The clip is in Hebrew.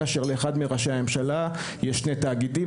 כאשר לאחד מראשי הממשלה יש שני תאגידים.